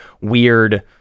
weird